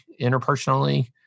interpersonally